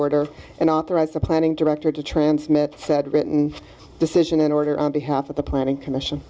order and authorize the planning director to transmit that written decision in order on behalf of the planning commission